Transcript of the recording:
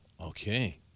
Okay